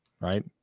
right